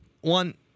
one